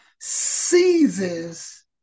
seizes